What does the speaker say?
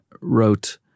Wrote